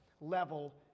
level